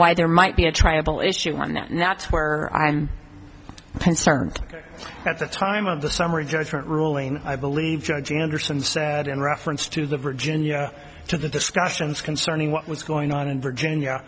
why there might be a triable issue on that and that's where i'm concerned at the time of the summary judgment ruling i believe judge anderson said in reference to the virginia to the discussions concerning what was going on in virginia